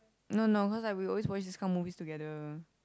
no no cause like we always watch this kind of movies together